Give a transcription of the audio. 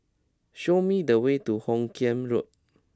show me the way to Hoot Kiam Road